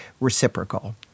reciprocal